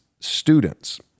students